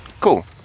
Cool